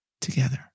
together